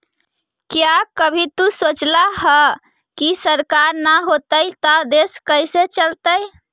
क्या कभी तु सोचला है, की सरकार ना होतई ता देश कैसे चलतइ